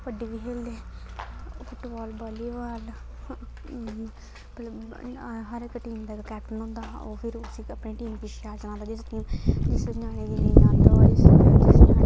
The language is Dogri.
कबड्डी बी खेलदे फुटबाल बालीबाल भला हर इक टीम दा इक कैप्टन होंदा ओह् फिर उस्सी अपनी टीम गी शैल चलांदा जिस टीम जिस ञ्याणे गी नेईं औंदा होए जिस ञ्याणे गी कोई